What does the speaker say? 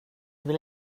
vill